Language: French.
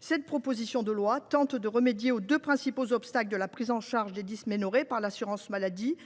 cette proposition de loi vise à remédier aux deux principaux obstacles de la prise en charge des dysménorrhées par l’assurance maladie